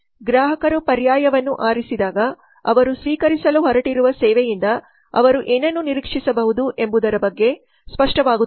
ಗ್ರಾಹಕರು ಪರ್ಯಾಯವನ್ನು ಆರಿಸಿದಾಗ ಅವರು ಸ್ವೀಕರಿಸಲು ಹೊರಟಿರುವ ಸೇವೆಯಿಂದ ಅವರು ಏನನ್ನು ನಿರೀಕ್ಷಿಸಬಹುದು ಎಂಬುದರ ಬಗ್ಗೆ ಸ್ಪಷ್ಟವಾಗುತ್ತದೆ